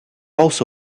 also